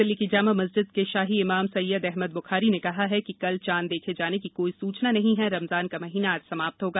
दिल्ली की जामा मस्जिद का शाही इमाम सद्यद अहमद ब्खारी ना कहा कि कल चांद द्या जान की काई सूचना नहीं ह रमज़ान का महीना ज समाप्त हागा